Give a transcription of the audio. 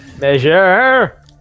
Measure